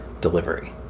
delivery